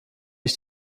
ich